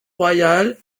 royal